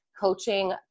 coaching